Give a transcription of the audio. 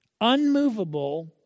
unmovable